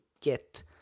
get